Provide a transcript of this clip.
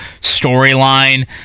storyline